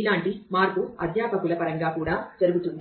ఇలాంటి మార్పు అధ్యాపకుల పరంగా కూడా జరుగుతుంది